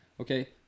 okay